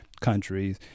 countries